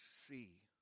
see